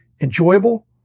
enjoyable